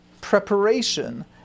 preparation